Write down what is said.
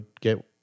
get